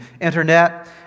internet